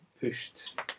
pushed